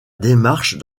démarche